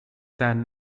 san